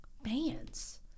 Bands